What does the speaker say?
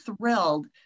thrilled